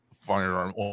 firearm